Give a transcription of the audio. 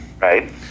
Right